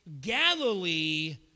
Galilee